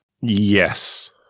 Yes